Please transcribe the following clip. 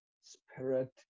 spirit